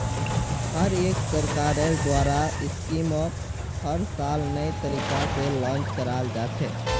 हर एक सरकारेर द्वारा स्कीमक हर साल नये तरीका से लान्च कराल जा छे